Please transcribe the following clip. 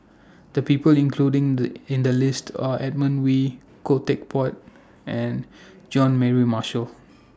The People including The in The list Are Edmund Wee Khoo Teck Puat and John Mary Marshall